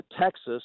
Texas